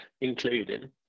including